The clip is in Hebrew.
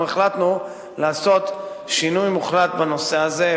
אנחנו החלטנו לעשות שינוי מוחלט בנושא הזה.